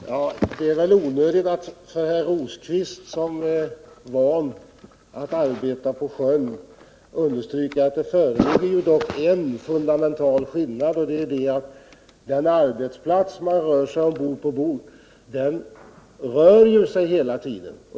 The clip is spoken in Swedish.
Herr talman! Det är väl onödigt att för herr Rosqvist, som är van att arbeta på sjön, understryka att det föreligger en fundamental skillnad, nämligen att arbetsplatsen ombord hela tiden rör sig.